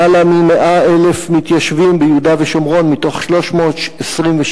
למעלה מ-100,000 מתיישבים ביהודה ושומרון מתוך 327,000